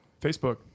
Facebook